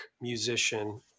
musician